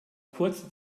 kurze